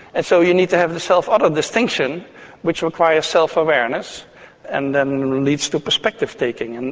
and so you need to have the self-other distinction which requires self-awareness and then leads to perspective taking. and